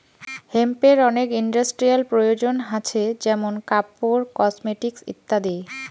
হেম্পের অনেক ইন্ডাস্ট্রিয়াল প্রয়োজন হাছে যেমন কাপড়, কসমেটিকস ইত্যাদি